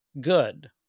good